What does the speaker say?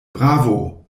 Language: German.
bravo